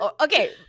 Okay